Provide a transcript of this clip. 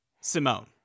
simone